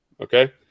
Okay